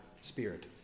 spirit